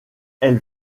elle